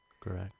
Correct